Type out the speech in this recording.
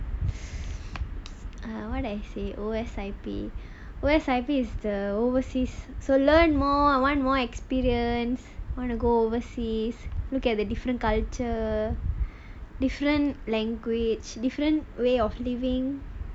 err what I say O_S_I_P I want to learn more one more experience wanna go overseas look at the different culture different language different way of living